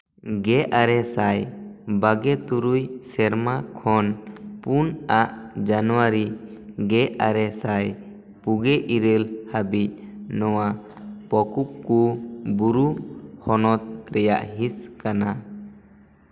ᱜᱮ ᱟᱨᱮ ᱥᱟᱭ ᱵᱟᱜᱮ ᱛᱩᱨᱩᱭ ᱥᱮᱨᱢᱟ ᱠᱷᱚᱱ ᱯᱩᱱ ᱟᱜ ᱡᱟᱱᱣᱟᱨᱤ ᱜᱮ ᱟᱨᱮ ᱥᱟᱭ ᱯᱩᱜᱮ ᱤᱨᱟᱹᱞ ᱦᱟᱹᱵᱤᱡ ᱱᱚᱣᱟ ᱯᱚᱠᱩᱵ ᱠᱚ ᱵᱩᱨᱩ ᱦᱚᱱᱚᱛ ᱨᱮᱭᱟᱜ ᱦᱤᱸᱥ ᱠᱟᱱᱟ